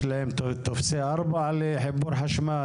יש להם טופסי ארבע לחיבור חשמל.